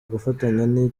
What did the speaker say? gufatanya